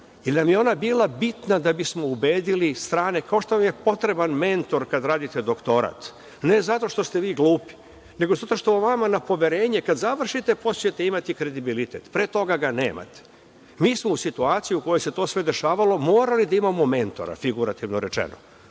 nam je ona bila bitna da bismo ubedili strane, kao što vam je potreban mentor kada radite doktorat, ne zato što ste vi glupi, nego zato što on vama na poverenje kada završite posle ćete imati kredibilitet, pre toga ga nemate. Mi smo u situaciji u kojoj se to sve dešavalo, morali da imamo mentora, figurativno rečeno